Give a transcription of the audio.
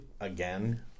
again